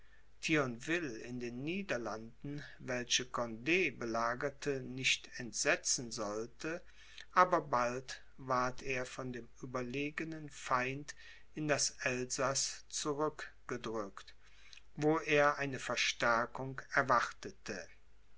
in den niederlanden welche cond belagerte nicht entsetzen sollte aber bald ward er von dem überlegenen feind in das elsaß zurückgedrückt wo er eine verstärkung erwartete